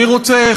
אני רוצה,